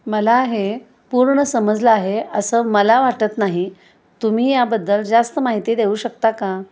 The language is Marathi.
मला हे पूर्ण समजलं आहे असं मला वाटत नाही तुम्ही याबद्दल जास्त माहिती देऊ शकता का